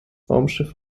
raumschiff